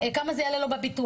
כמה זה יעלה לו בביטוח,